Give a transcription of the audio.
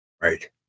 Right